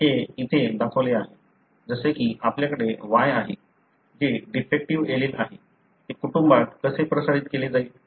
हे इथे दाखवले आहे जसे की आपल्याकडे Y आहे जे डिफेक्टीव्ह एलील आहे ते कुटुंबात कसे प्रसारित केले जाईल